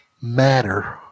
matter